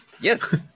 Yes